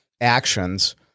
actions